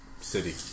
city